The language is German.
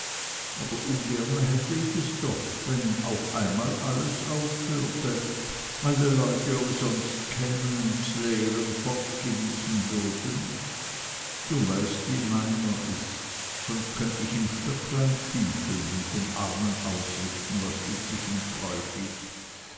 aber ungerne hätte ich es doch wenn auf einmal alles aufhörte alle leute umsonst kämen und z'leerem fortgewiesen würden du weißt wie meiner ist sonst könnte ich im stöcklein küchlen und den armen ausrichten was üblich und bräuchlich